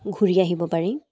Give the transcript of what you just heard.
ঘূৰি আহিব পাৰি